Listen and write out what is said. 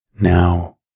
Now